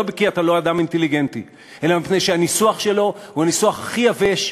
לא כי אתה לא אדם אינטליגנטי אלא כי הניסוח שלו הוא הניסוח הכי יבש,